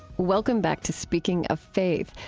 welcome back to speaking of faith,